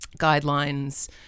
guidelines